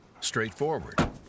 straightforward